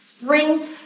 spring